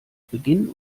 beginn